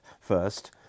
first